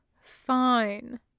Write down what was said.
fine